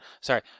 Sorry